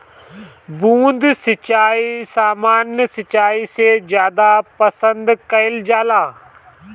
बूंद सिंचाई सामान्य सिंचाई से ज्यादा पसंद कईल जाला